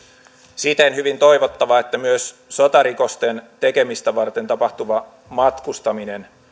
siten hyvin toivottavaa että myös sotarikosten tekemistä varten tapahtuva matkustaminen